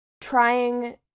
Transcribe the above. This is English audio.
trying